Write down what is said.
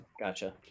gotcha